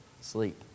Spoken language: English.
Sleep